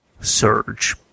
Surge